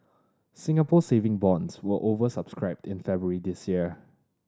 Singapore Saving Bonds were over subscribed in February this year